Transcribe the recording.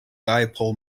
dipole